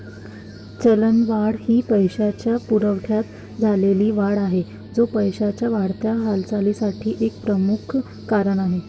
चलनवाढ ही पैशाच्या पुरवठ्यात झालेली वाढ आहे, जो पैशाच्या वाढत्या हालचालीसाठी एक प्रमुख कारण आहे